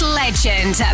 legend